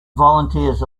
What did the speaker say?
volunteers